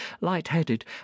light-headed